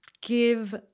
give